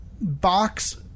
box